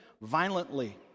violently